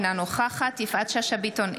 אינה נוכחת יפעת שאשא ביטון,